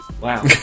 Wow